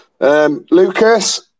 Lucas